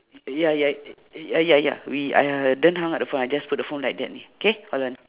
ya ya w~ ya ya we !aiya! don't hung up the phone I just put the phone like that okay hold on